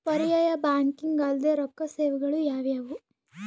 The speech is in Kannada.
ಪರ್ಯಾಯ ಬ್ಯಾಂಕಿಂಗ್ ಅಲ್ದೇ ರೊಕ್ಕ ಸೇವೆಗಳು ಯಾವ್ಯಾವು?